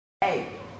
Hey